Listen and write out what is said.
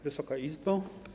Wysoka Izbo!